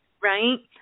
right